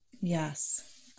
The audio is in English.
Yes